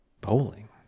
bowling